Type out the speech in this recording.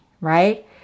right